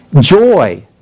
joy